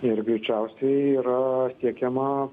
ir greičiausiai yra siekiama